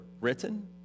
written